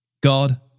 God